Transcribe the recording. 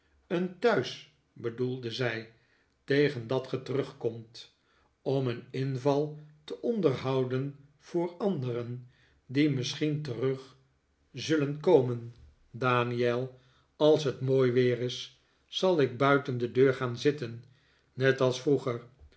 thuis bedoelde zij tegen dat ge terugkomt om een inval te onderhouden voor anderen die misschien terug zullen komen daniel als het mooi weer is zal ik buiten de deur gaan zitten net als vroeger